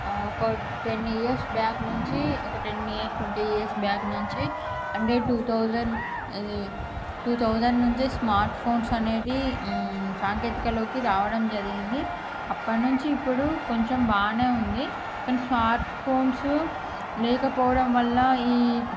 ఒక ten years back నుంచి ఒక ten years twenty years back నుంచి అంటే టూ థౌజెండ్ అది టూ థౌజెండ్ నుంచే స్మార్ట్ ఫోన్స్ అనేటివి సాంకేతికలోకి రావడం జరిగింది అప్పటినుండి ఇప్పుడు కొంచెం బాగానే ఉంది కానీ స్మార్ట్ ఫోన్స్ లేకపోవడం వల్ల ఈ